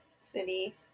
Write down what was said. city